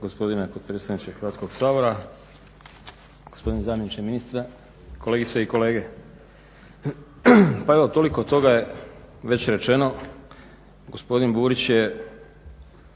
gospodine potpredsjedniče Hrvatskog sabora, gospodine zamjeniče ministra, kolegice i kolege. Pa evo toliko toga je već rečeno, gospodin Burić je